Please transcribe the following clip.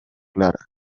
clara